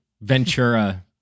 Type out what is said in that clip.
Ventura